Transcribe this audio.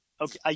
okay